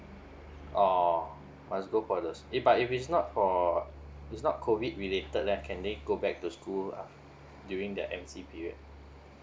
oh must go for those if but it's not for it's not COVID related uh can they go back to school uh during the M C period